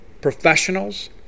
professionals